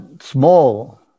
small